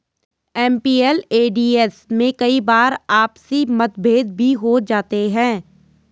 MPLADS में कई बार आपसी मतभेद भी हो जाते हैं